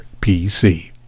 PC